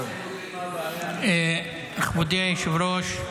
מכובדי היושב-ראש,